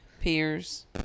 peers